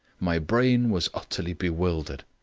my brain was utterly bewildered.